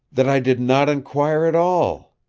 that i did not enquire at all!